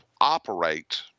operate